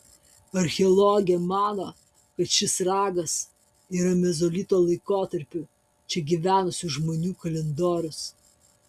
archeologė mano kad šis ragas yra mezolito laikotarpiu čia gyvenusių žmonių kalendorius